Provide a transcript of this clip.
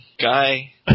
guy